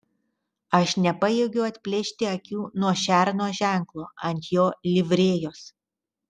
aš nepajėgiu atplėšti akių nuo šerno ženklo ant jo livrėjos